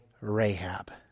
Rahab